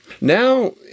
Now